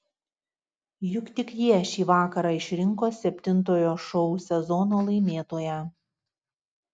juk tik jie šį vakarą išrinko septintojo šou sezono laimėtoją